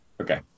Okay